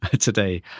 today